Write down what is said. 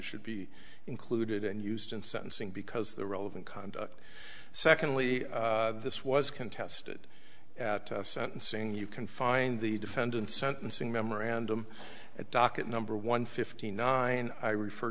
should be included and used in sentencing because the relevant conduct secondly this was contested at sentencing you can find the defendant sentencing memorandum at docket number one fifty nine i refer